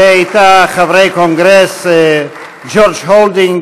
ואתה חברי הקונגרס ג'ורג' הולדינג,